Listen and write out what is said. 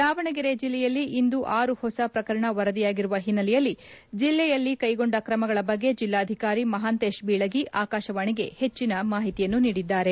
ದಾವಣಗೆರೆ ಜಿಲ್ಲೆಯಲ್ಲಿ ಇಂದು ಆರು ಹೊಸ ಪ್ರಕರಣ ವರದಿಯಾಗಿರುವ ಹಿನ್ನೆಲೆಯಲ್ಲಿ ಜಿಲ್ಲೆಯಲ್ಲಿ ಕ್ಲೆಗೊಂಡ ಕ್ರಮಗಳ ಬಗ್ಗೆ ಜಿಲ್ಲಾಧಿಕಾರಿ ಮಹಂತೇಶ್ ಬೀಳಗಿ ಆಕಾಶವಾಣಿಗೆ ಹೆಚ್ಚಿನ ಮಾಹಿತಿ ನೀಡಿದ್ದಾರೆ